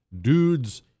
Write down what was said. dudes